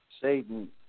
Satan